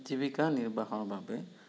জীৱিকা নিৰ্বাহৰ বাবে